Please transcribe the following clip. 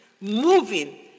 moving